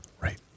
Right